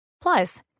Plus